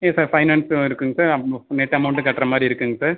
yes sir ஃபைனான்ஸும் இருக்குங்க sir மெத்த அமௌண்ட்டும் கட்டுற மாதிரி இருக்குங்க சார்